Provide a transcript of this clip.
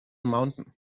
mountain